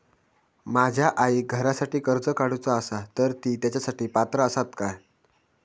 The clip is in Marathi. माझ्या आईक घरासाठी कर्ज काढूचा असा तर ती तेच्यासाठी पात्र असात काय?